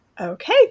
Okay